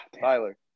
Tyler